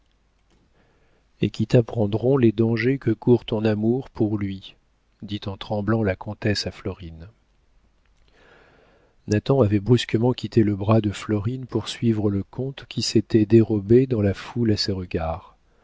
et qui t'apprendront les dangers que court ton amour pour lui dit en tremblant la comtesse à florine nathan avait brusquement quitté le bras de florine pour suivre le comte qui s'était dérobé dans la foule à ses regards